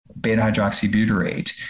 beta-hydroxybutyrate